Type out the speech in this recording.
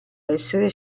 essere